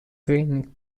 training